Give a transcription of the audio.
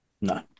No